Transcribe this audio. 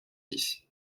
six